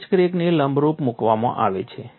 patch ક્રેકને લંબરૂપ મૂકવામાં આવે છે